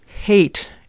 hate